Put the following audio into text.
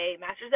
master's